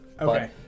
Okay